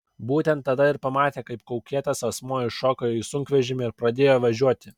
būtent tada ir pamatė kaip kaukėtas asmuo įšoko į sunkvežimį ir pradėjo važiuoti